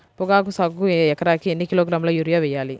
పొగాకు సాగుకు ఎకరానికి ఎన్ని కిలోగ్రాముల యూరియా వేయాలి?